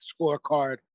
scorecard